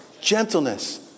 gentleness